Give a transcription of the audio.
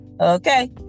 Okay